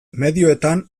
medioetan